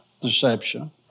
Deception